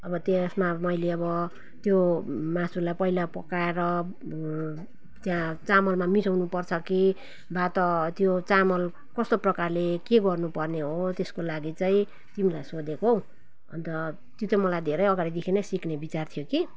अब त्यसमा मैले अब त्यो मासुलाई पहिला पकाएर त्यहाँ चामलमा मिसाउनुपर्छ कि वा त त्यो चामल कस्तो प्रकारले के गर्नुपर्ने हो त्यसको लागि चाहिँ तिमीलाई सोधेको हो अन्त त्यो चाहिँ मलाई धेरै अगाडिदेखि नै सिक्ने विचार थियो कि